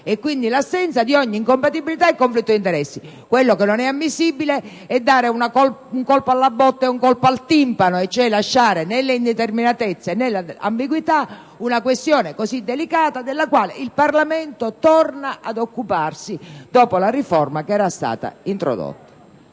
e quindi l'assenza di ogni incompatibilità e conflitto di interessi. Quello che non è ammissibile è dare un colpo alla botte e un colpo al timpano, cioè lasciare nell'indeterminatezza e nell'ambiguità una questione così delicata della quale il Parlamento torna ad occuparsi dopo la riforma che era stata introdotta.